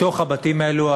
בתוך הבתים האלה,